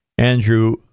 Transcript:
Andrew